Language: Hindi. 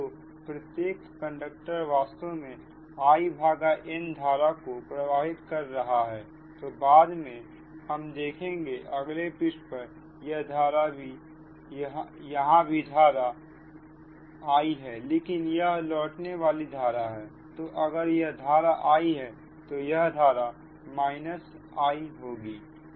तो प्रत्येक कंडक्टर वास्तव में In धारा को प्रवाहित कर रहा है तो बाद में हम देखेंगे अगले पृष्ठ पर यहां भी धारा I है लेकिन यह लौटने वाली धारा है तो अगर यह धारा I है तो यह धारा I होगी